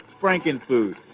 frankenfood